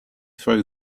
throw